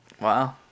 Wow